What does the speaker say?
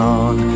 on